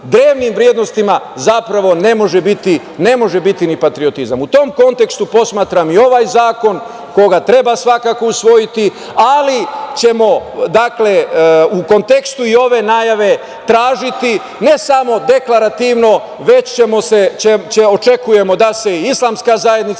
drevnim vrednostima, zapravo ne može biti ni patriotizam.U tom kontekstu posmatram i ovaj zakon, koga treba svakako usvojiti, ali ćemo u kontekstu i ove najave tražiti ne samo deklarativno, već očekujemo da se Islamska zajednica